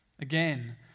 Again